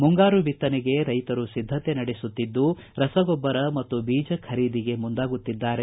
ಮುಂಗಾರು ಬಿತ್ತನೆಗೆ ರೈತರು ಸಿದ್ದತೆ ನಡೆಸುತ್ತಿದ್ದು ರಸಗೊಬ್ಬರ ಮತ್ತು ಬೀಜ ಖರೀದಿಗೆ ಮುಂದಾಗುತ್ತಿದ್ದಾರೆ